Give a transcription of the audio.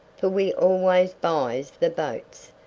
for we always buys the boats,